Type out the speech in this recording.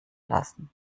lassen